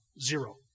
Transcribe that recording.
zero